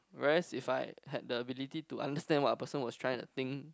whereas if I had the ability to understand what a person was tryna think